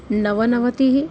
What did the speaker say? नवनवतिः